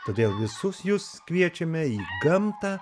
todėl visus jus kviečiame į gamtą